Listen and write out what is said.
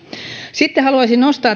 sitten haluaisin nostaa